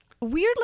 Weirdly